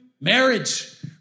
marriage